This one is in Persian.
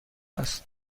است